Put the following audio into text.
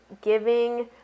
giving